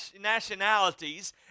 nationalities